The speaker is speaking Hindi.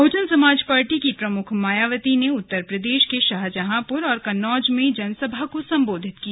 बहजन समाज पार्टी की प्रमुख मायावती ने उत्तर प्रदेश के शाहजहांपुर और कन्नौज में जनसभा को संबोधित किया